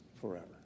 forever